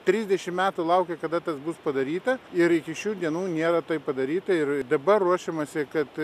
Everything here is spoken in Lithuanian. trisdešimt metų laukiau kada tas bus padaryta ir iki šių dienų nėra tai padaryta ir dabar ruošiamasi kad